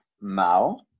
Mao